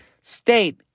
state